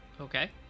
Okay